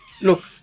look